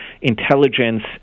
intelligence